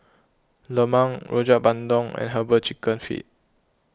Lemang Rojak Bandung and Herbal Chicken Feet